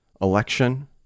election